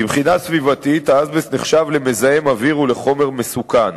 מבחינה סביבתית אזבסט נחשב למזהם אוויר ולחומר מסוכן.